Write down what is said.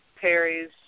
Perry's